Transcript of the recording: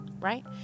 right